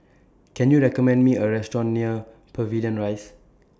Can YOU recommend Me A Restaurant near Pavilion Rise